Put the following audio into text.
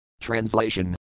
Translation